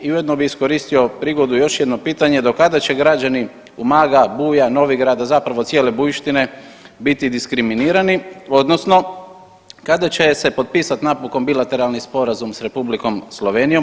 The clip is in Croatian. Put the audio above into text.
I ujedno bih iskoristio prigodu još jedno pitanje do kada će građani Umaga, Buja, Novigrada, zapravo cijele Bujištine biti diskriminirani, odnosno kada će se potpisati napokon bilateralni sporazum sa Republikom Slovenijom.